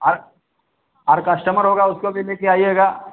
हर हर कश्टमर होगा उसको भी लेकर आइएगा